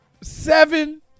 Seven